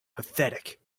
pathetic